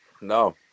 no